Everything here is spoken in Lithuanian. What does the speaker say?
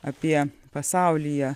apie pasaulyje